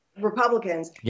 Republicans